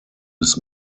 bis